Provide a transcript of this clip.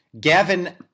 Gavin